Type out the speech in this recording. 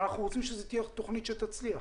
ואנחנו רוצים שזו תהיה תוכנית שתצליח.